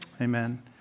Amen